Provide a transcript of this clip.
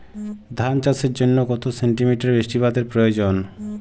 ধান চাষের জন্য কত সেন্টিমিটার বৃষ্টিপাতের প্রয়োজন?